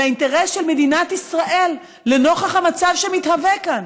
אלא מאינטרס של מדינת ישראל לנוכח המצב שמתהווה כאן.